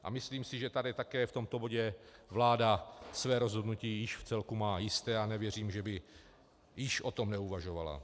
A myslím si, že tady také v tomto bodě vláda své rozhodnutí již vcelku má jisté, a nevěřím, že by již o tom neuvažovala.